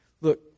Look